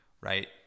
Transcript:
right